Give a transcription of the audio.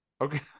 okay